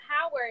Howard